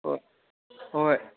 ꯍꯣꯏ ꯍꯣꯏ ꯍꯣꯏ